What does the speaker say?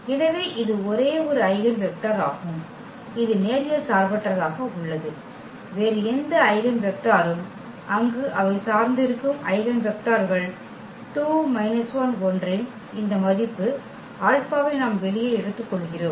எனவே இது ஒரே ஒரு ஐகென் வெக்டர் ஆகும் இது நேரியல் சார்பற்றதாக உள்ளது வேறு எந்த ஐகென் வெக்டரும் அங்கு அவை சார்ந்து இருக்கும் ஐகென் வெக்டர்கள் ன் இந்த மதிப்பு ஆல்பாவை நாம் வெளியே எடுத்துக்கொள்கிறோம்